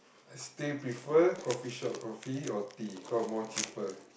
I still prefer coffeeshop coffee or tea cause more cheaper